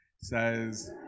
says